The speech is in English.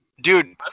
Dude